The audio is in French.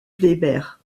weber